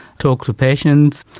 talk to patients,